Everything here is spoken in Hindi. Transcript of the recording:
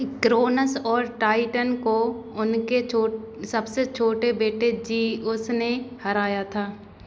क्रोनस और टाइटन को उनके सबसे छोटे बेटे जीउस ने हराया था